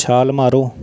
ਛਾਲ ਮਾਰੋ